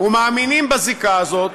ומאמינים בזיקה הזאת,